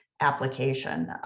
application